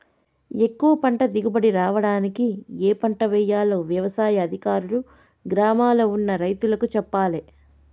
ఎక్కువ పంట దిగుబడి రావడానికి ఏ పంట వేయాలో వ్యవసాయ అధికారులు గ్రామాల్ల ఉన్న రైతులకు చెప్పాలే